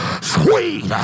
sweet